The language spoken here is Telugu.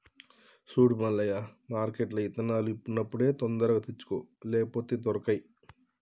సూడు మల్లయ్య మార్కెట్ల ఇత్తనాలు ఉన్నప్పుడే తొందరగా తెచ్చుకో లేపోతే దొరకై